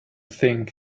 think